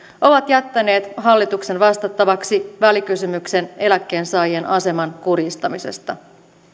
ovat jättäneet hallituksen vastattavaksi välikysymyksen eläkkeensaajien aseman kurjistamisesta